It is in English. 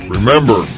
Remember